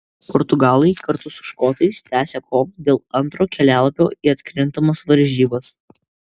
portugalai kartu su škotais tęsią kovą dėl antro kelialapio į atkrintamas varžybas